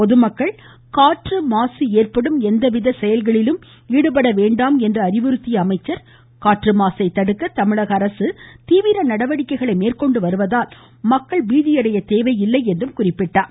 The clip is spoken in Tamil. பொதுமக்கள் காற்று மாசு ஏற்படும் எந்தவித செயல்களிலும் ஈடுபட வேண்டாம் என்று அறிவுறுத்திய அமைச்சர் காற்று மாசை தடுக்க தமிழகஅரசு தீவிர நடவடிக்கைகளை மேற்கொண்டு வருவதால் மக்கள் பீதி அடைய தேவையில்லை என்றும் குறிப்பிட்டார்